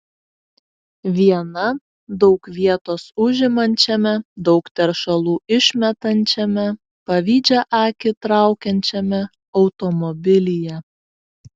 viena daug vietos užimančiame daug teršalų išmetančiame pavydžią akį traukiančiame automobilyje